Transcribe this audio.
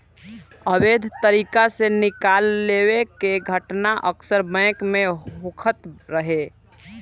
अवैध तरीका से निकाल लेवे के घटना अक्सर बैंक में होखत रहे